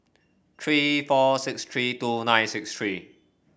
three four six three two nine six three